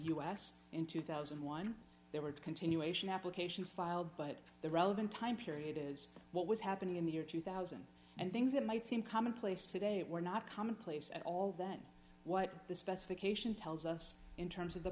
us in two thousand and one there were continuation applications filed but the relevant time period is what was happening in the year two thousand and things that might seem commonplace today were not commonplace at all then what the specification tells us in terms of the